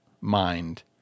mind